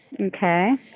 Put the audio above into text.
Okay